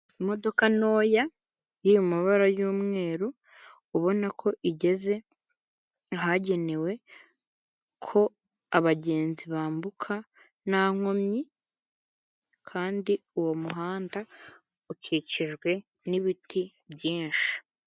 Imodoka ntoya iri mabara y'umweru ubona ko igeze ahagenewe ko abagenzi bambuka nta nkomyi kandi uwo muhanda ukikijwe n'ibiti byinshi.